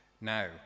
Now